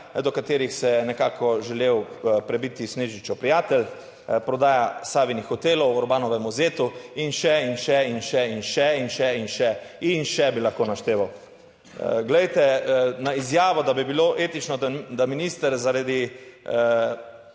do katerih se je nekako želel prebiti Snežičev prijatelj, prodaja Savinih hotelov v Urbanovemu zetu, in še in še, in še, in še in še in še in še bi lahko našteval. Glejte, na izjavo, da bi bilo etično, da minister zaradi